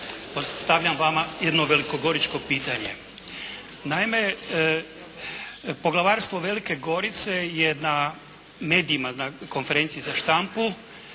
stavljam vama jedno velikogoričko pitanje. Naime poglavarstvo Velike Gorice je na medijima, konferenciji za štampu